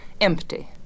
Empty